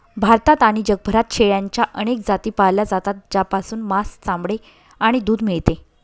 भारतात आणि जगभरात शेळ्यांच्या अनेक जाती पाळल्या जातात, ज्यापासून मांस, चामडे आणि दूध मिळते